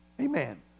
Amen